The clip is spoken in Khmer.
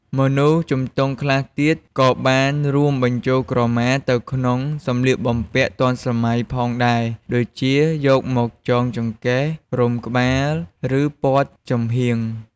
មនុស្សជំទង់ខ្លះទៀតក៏បានរួមបញ្ចូលក្រមាទៅក្នុងសម្លៀកបំពាក់ទាន់សម័យផងដែរ ដូចជា យកមកចងចង្កេះ រុំក្បាល ឬ ព័ទ្ធចំហៀង។